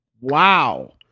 wow